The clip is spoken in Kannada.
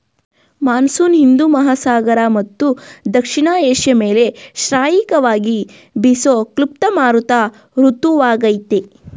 ಮಾನ್ಸೂನ್ ಹಿಂದೂ ಮಹಾಸಾಗರ ಮತ್ತು ದಕ್ಷಿಣ ಏಷ್ಯ ಮೇಲೆ ಶ್ರಾಯಿಕವಾಗಿ ಬೀಸೋ ಕ್ಲುಪ್ತ ಮಾರುತ ಋತುವಾಗಯ್ತೆ